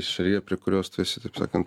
šalyje prie kurios tu esi taip sakant